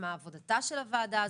מה עבודתה של הוועדה הזו?